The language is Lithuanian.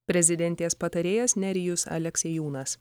prezidentės patarėjas nerijus aleksiejūnas